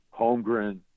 Holmgren